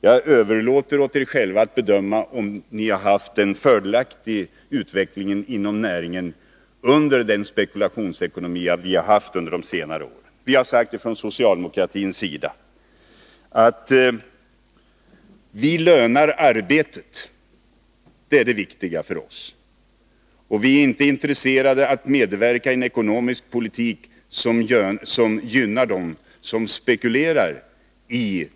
Jag överlåter åt er själva att bedöma om man haft en fördelaktig utveckling inom näringen under den spekulationsekonomi som rått på senare år. Vi har från socialdemokratins sida sagt att vi vill löna arbetet — det är det viktiga för oss. Och vi är inte intresserade av att medverka i en ekonomisk politik som gynnar dem som spekulerar.